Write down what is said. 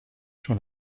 sur